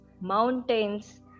mountains